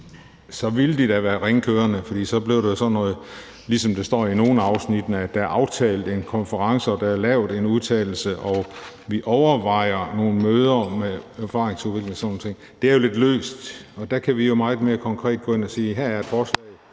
Så ville de da være ringe kørende, for så ville det blive sådan, som der står i nogle af afsnittene: Der er aftalt en konference, der er lavet en udtalelse, og vi overvejer nogle møder med erfaringsudveksling og sådan nogle ting. Det er jo lidt løst, og der kan vi jo meget mere konkret gå ind og sige: Her er et forslag